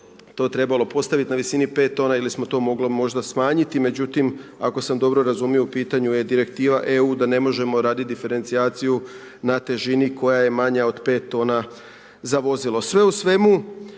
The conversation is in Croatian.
to trebalo postavit na visini 5 tona ili smo to mogli možda smanjiti, međutim ako sam dobro razumio u pitanju je direktiva EU da ne možemo radit diferencijaciju na težini koja je manja od 5 tona za vozilo. Sve u svemu,